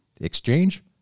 Exchange